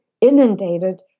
inundated